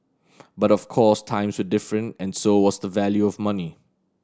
but of course times were different and so was the value of money